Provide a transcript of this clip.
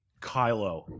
Kylo